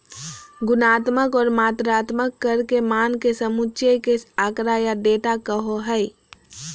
गुणात्मक और मात्रात्मक कर के मान के समुच्चय के आँकड़ा या डेटा कहो हइ